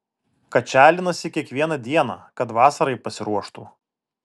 kačialinasi kiekvieną dieną kad vasarai pasiruoštų